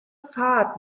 fahrt